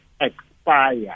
expire